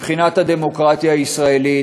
מבחינת הדמוקרטיה הישראלית,